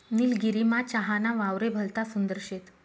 निलगिरीमा चहा ना वावरे भलता सुंदर शेत